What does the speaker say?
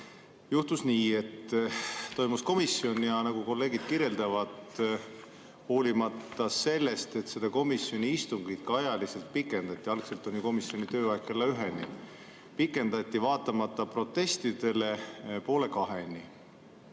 juhtus nii, et toimus komisjoni istung ja, nagu kolleegid kirjeldavad, hoolimata sellest, et komisjoni istungit ajaliselt pikendati – algselt on komisjoni tööaeg kella üheni, pikendati vaatamata protestidele poole kaheni